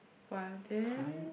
but then